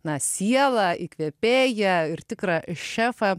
na sielą įkvėpėją ir tikrą šefą